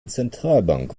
zentralbank